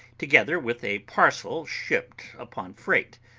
together with a parcel shipped upon freight.